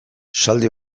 esaldi